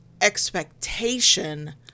expectation